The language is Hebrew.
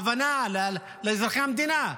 הבנה לאזרחי המדינה.